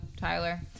Tyler